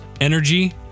energy